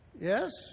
Yes